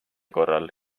korral